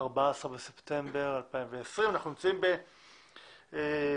14 בספטמבר 2020. אנחנו נמצאים בדיון